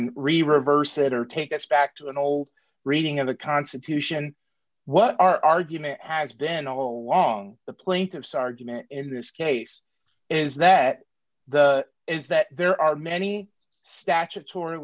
re reverse it or take us back to an old reading of the constitution what our argument has been all along the plaintiff's argument in this case is that the is that there are many statutor